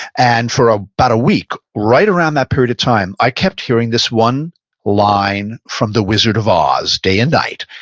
and for about a week, right around that period of time, i kept hearing this one line from the wizard of oz day and night.